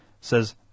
says